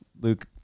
Luke